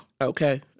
Okay